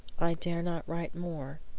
i dare not write more.